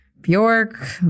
Bjork